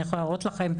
אני יכולה להראות לכם,